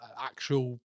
actual